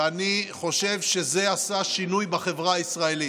ואני חושב שזה עשה שינוי בחברה הישראלית.